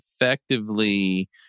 effectively